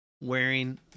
wearing